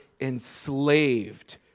enslaved